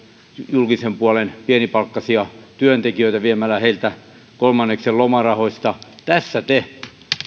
julkisen puolen pienipalkkaisia työntekijöitä viemällä heiltä kolmanneksen lomarahoista tässä te